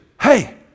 hey